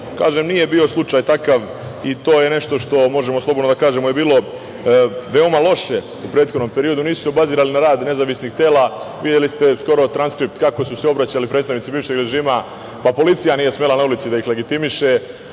kažem, nije bio slučaj takav i to je nešto što možemo slobodno da kažemo je bilo veoma loše u prethodnom periodu. Nisu se obazirali na rad nezavisnih tela. Videli ste skoro transkript kako su se obraćali predstavnici bivšeg režima, pa policija nije smela na ulici da ih legitimiše,